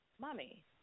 mommy